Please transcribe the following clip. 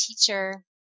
teacher